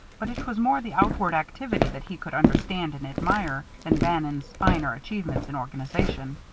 but it was more the outward activity that he could understand and admire than bannon's finer achievements in organization.